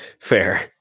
Fair